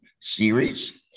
series